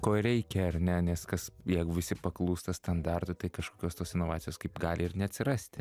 ko reikia ar ne nes kas jeigu visi paklūsta standartu tai kažkokios tos inovacijos kaip gali ir neatsirasti